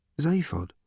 Zaphod